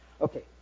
Okay